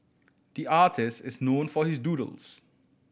the artist is known for his doodles